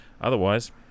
otherwise